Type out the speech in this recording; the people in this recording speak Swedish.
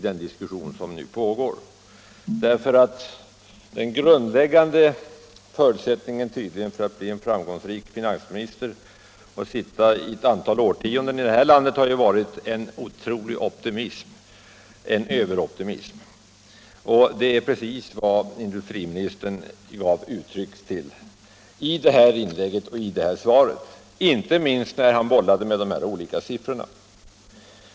Den grundläggande förutsättningen för att bli en framgångsrik finansminister och sitta ett antal årtionden här i landet är tydligen att vara en otrolig optimist, en överoptimist. Det är precis vad industriministern gav intryck av i detta inlägg, inte minst när han bollade med de olika siffrorna.